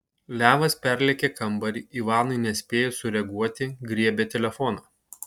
levas perlėkė kambarį ivanui nespėjus sureaguoti griebė telefoną